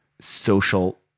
social